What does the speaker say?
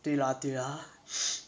对 lah 对 lah